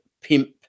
pimp